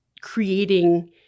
creating